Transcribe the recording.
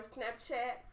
Snapchat